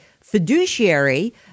Fiduciary –